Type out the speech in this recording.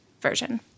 version